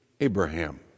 Abraham